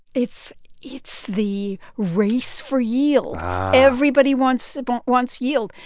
it's it's the race for yield ah everybody wants wants yield.